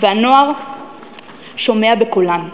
והנוער שומע בקולן".